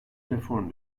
reform